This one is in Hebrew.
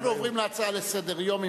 אנחנו עוברים להצעה לסדר-היום,